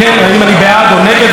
האם אני בעד או נגד,